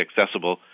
accessible